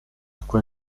quel